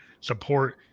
support